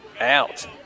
out